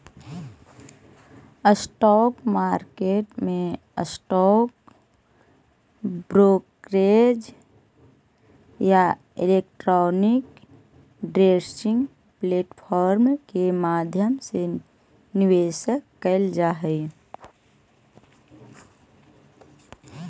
stock market में stock brokerage या electronic trading platform के माध्यम से निवेश कैल जा हइ